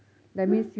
!huh!